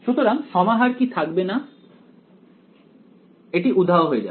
সুতরাং সমাহার কি থাকবে না এটি উধাও হয়ে যাবে